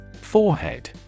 Forehead